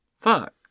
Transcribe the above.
Fuck